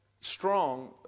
strong